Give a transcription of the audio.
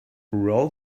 roll